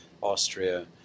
Austria